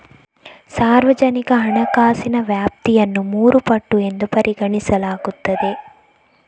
ಸಾರ್ವಜನಿಕ ಹಣಕಾಸಿನ ವ್ಯಾಪ್ತಿಯನ್ನು ಮೂರು ಪಟ್ಟು ಎಂದು ಪರಿಗಣಿಸಲಾಗುತ್ತದೆ